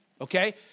Okay